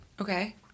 okay